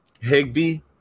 Higby